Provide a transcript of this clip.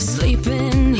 Sleeping